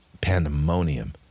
pandemonium